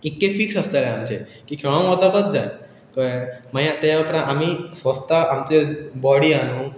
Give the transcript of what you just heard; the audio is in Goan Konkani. इतके फिक्स आसतले आमचें की खेळोक वचकच जाय कळ्ळें मागीर ते उपरांत आमी स्वस्ता आमचे बॉडी आसा न्हू